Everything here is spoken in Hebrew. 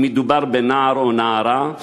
אם מדובר בנער או נערה,